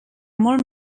molt